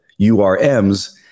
URMs